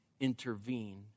intervene